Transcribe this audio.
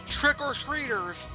trick-or-treaters